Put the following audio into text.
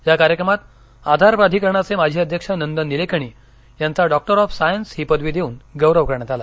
या कार्यक्रमात आधार प्राधिकरणाचे माजी अध्यक्ष नंदन नीलेकणी यांचा डॉक्टर ऑफ सायन्स ही पदवी देऊन गौरव करण्यात आला